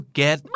get